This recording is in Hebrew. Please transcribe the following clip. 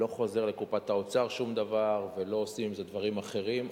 לא חוזר לקופת האוצר שום דבר ולא עושים עם זה דברים אחרים,